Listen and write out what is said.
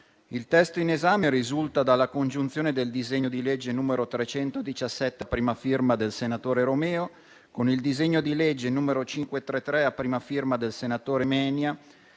Il testo in esame risulta dalla congiunzione del disegno di legge n. 317, a prima firma del senatore Romeo, con il disegno di legge n. 533, a prima firma del senatore Menia,